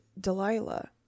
Delilah